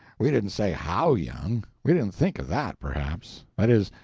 we didn't say how young we didn't think of that, perhaps that is,